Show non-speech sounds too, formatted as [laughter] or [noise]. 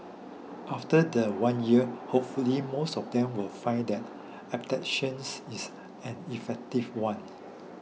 after the one year hopefully most of them will find that [hesitation] adaptations is an effective one